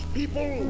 people